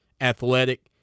athletic